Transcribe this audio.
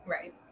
Right